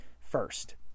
first